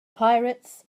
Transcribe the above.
pirates